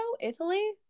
Italy